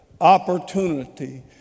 opportunity